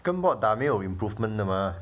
跟 bot 打没有 improvement 的 mah